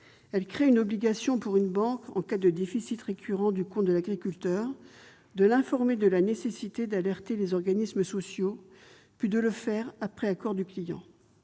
Elle crée une obligation pour une banque, en cas de déficit récurrent du compte de l'agriculteur, de l'informer de la nécessité d'alerter les organismes sociaux, puis de le faire après accord du client.